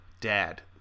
Dad